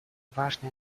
важное